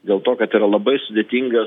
dėl to kad yra labai sudėtinga